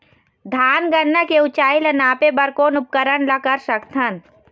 धान गन्ना के ऊंचाई ला नापे बर कोन उपकरण ला कर सकथन?